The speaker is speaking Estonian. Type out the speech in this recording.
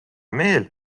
meel